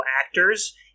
actors